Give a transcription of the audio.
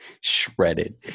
Shredded